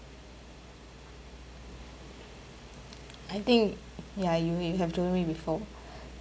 I think ya you you have told me before